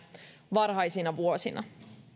varhaisina vuosina